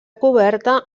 coberta